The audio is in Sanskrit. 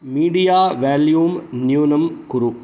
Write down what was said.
मीडिया वाल्यूं न्यूनं कुरु